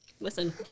Listen